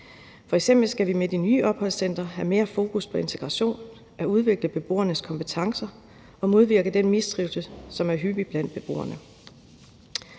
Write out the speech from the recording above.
F.eks. skal vi med de nye opholdscentre have mere fokus på integration og på at udvikle beboernes kompetencer og modvirke den mistrivsel, som er hyppig blandt beboerne.